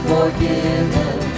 Forgiven